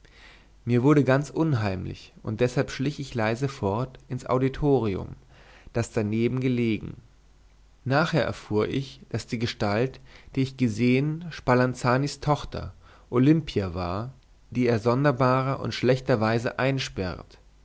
mir wurde ganz unheimlich und deshalb schlich ich leise fort ins auditorium das daneben gelegen nachher erfuhr ich daß die gestalt die ich gesehen spalanzanis tochter olimpia war die er sonderbarer und schlechter weise einsperrt